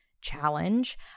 challenge